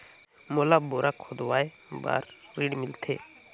मोला बोरा खोदवाय बार ऋण मिलथे?